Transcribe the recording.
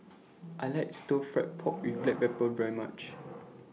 I like Stir Fried Pork with Black Pepper very much